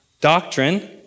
Doctrine